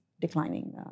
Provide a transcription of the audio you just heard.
declining